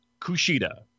Kushida